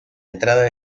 entrada